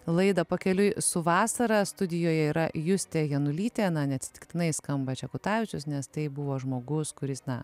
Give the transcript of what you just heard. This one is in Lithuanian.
laidą pakeliui su vasara studijoje yra justė janulytė na neatsitiktinai skamba čia kutavičius nes tai buvo žmogus kuris na